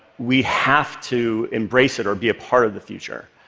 we have to embrace it or be a part of the future.